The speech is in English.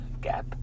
gap